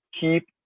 keep